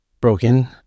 broken